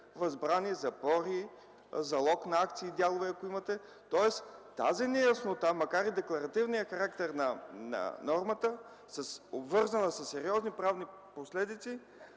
възбрани, запори, залог на акции и дялове, ако имате, тоест тази неяснота макар и декларативният характер на нормата, обвързана със сериозни правни последици